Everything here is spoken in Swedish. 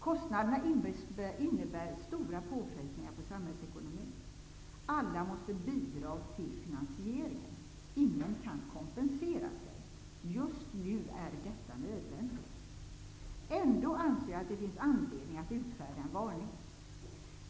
Kostnaderna innebär stora påfrestningar på samhällsekonomin. Alla måste bidra till finansieringen, och ingen kan kompensera sig. Just nu är detta nödvändigt. Ändå anser jag att det finns anledning att utfärda en varning.